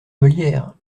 meulière